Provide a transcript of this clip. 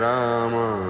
Rama